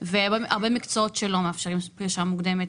ויש הרבה מקצועות שלא מאפשרים פרישה מוקדמת.